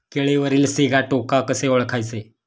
केळीवरील सिगाटोका कसे ओळखायचे?